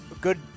Good